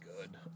good